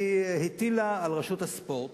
והיא הטילה על רשות הספורט